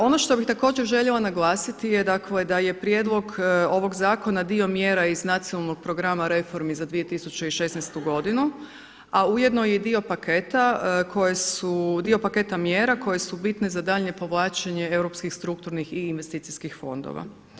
Ono što bih također željela naglasiti je dakle da je prijedlog ovog zakona dio mjera iz nacionalnog programa reformi za 2016. godinu a ujedno i dio paketa koje su, dio paketa mjera koje su bitne za daljnje povlačenje europskih strukturnih i investicijskih fondova.